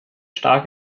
stark